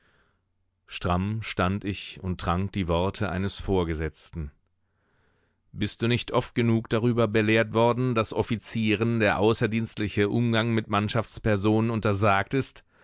stramm stand ich und trank die worte eines vorgesetzten bist du nicht oft genug darüber belehrt worden daß offizieren der außerdienstliche umgang mit mannschaftspersonen untersagt ist